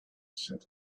said